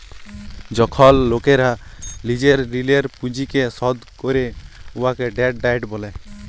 যখল লকেরা লিজের ঋলের পুঁজিকে শধ ক্যরে উয়াকে ডেট ডায়েট ব্যলে